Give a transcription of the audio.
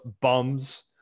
Bums